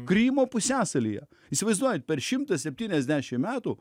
krymo pusiasalyje įsivaizduojat per šimtą septyniasdešim metų